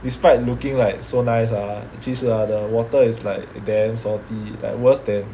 despite looking like so nice ah 其实 uh the water is like damn salty like worse than